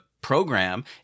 program